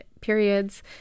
periods